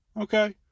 okay